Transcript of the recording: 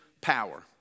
power